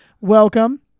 welcome